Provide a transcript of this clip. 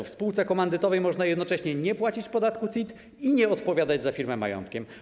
W spółce komandytowej można jednocześnie nie płacić podatku CIT i nie odpowiadać za firmę majątkiem.